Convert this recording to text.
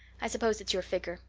i suppose it's your figure.